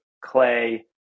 clay